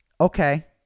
okay